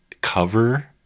cover